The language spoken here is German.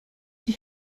die